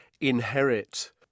inherit